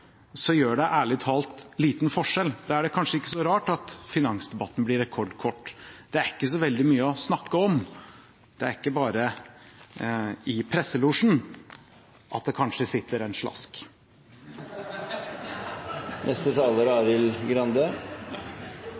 så mange ganger som nødvendig, gjør det ærlig talt liten forskjell. Da er det kanskje ikke så rart at finansdebatten blir rekordkort – det er ikke så veldig mye å snakke om. Det er ikke bare i presselosjen at det kanskje sitter en slask.